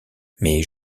mais